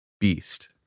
beast